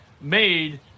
made